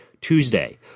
Tuesday